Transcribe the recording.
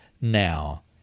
now